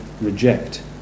reject